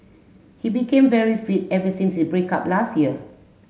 he became very fit ever since his break up last year